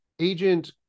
Agent